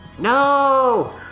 No